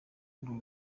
urwo